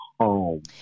home